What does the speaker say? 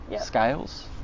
scales